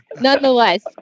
nonetheless